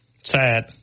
Sad